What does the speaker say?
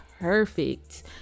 perfect